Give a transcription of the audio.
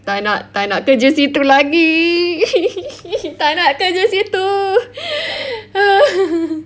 tak nak tak nak kerja situ lagi tak nak kerja situ